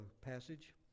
passage